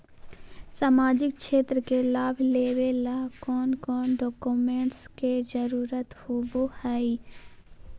सामाजिक क्षेत्र के लाभ लेबे ला कौन कौन डाक्यूमेंट्स के जरुरत होबो होई?